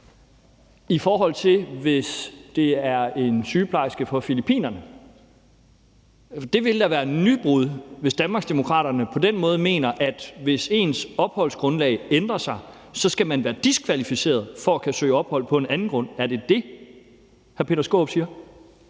stillet, end hvis det er en sygeplejerske fra Filippinerne? Det vil da være nybrud, hvis Danmarksdemokraterne på den måde mener, at hvis ens opholdsgrundlag ændrer sig, skal man være diskvalificeret i forhold til at kunne søge ophold på et andet grundlag. Er det det, hr. Peter Skaarup siger?